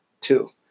two